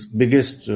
biggest